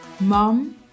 Mom